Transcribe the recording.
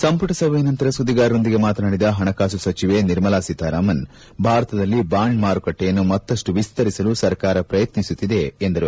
ಸಂಪುಟ ಸಭೆಯ ನಂತರ ಸುದ್ಲಿಗಾರರೊಂದಿಗೆ ಮಾತನಾಡಿದ ಪಣಕಾಸು ಸಚವೆ ನಿರ್ಮಲಾ ಸೀತಾರಾಮನ್ ಭಾರತದಲ್ಲಿ ಬಾಂಡ್ ಮಾರುಕಟ್ಲೆಯನ್ನು ಮತ್ತಷ್ಟು ವಿಸ್ತರಿಸಲು ಸರ್ಕಾರ ಪ್ರಯತ್ಶಿಸುತ್ಗಿದೆ ಎಂದರು